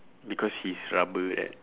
because his rubber right